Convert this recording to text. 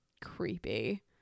creepy